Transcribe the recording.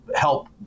help